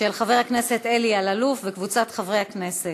של חבר הכנסת אלי אלאלוף וקבוצת חברי הכנסת.